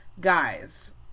guys